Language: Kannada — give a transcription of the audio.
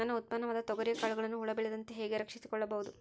ನನ್ನ ಉತ್ಪನ್ನವಾದ ತೊಗರಿಯ ಕಾಳುಗಳನ್ನು ಹುಳ ಬೇಳದಂತೆ ಹೇಗೆ ರಕ್ಷಿಸಿಕೊಳ್ಳಬಹುದು?